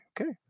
Okay